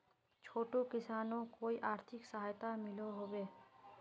छोटो किसानोक कोई आर्थिक सहायता मिलोहो होबे?